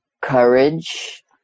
courage